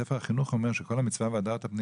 ספר החינוך אומר שכל מצוות ״והדרת פני